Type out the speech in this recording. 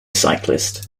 cyclist